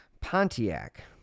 Pontiac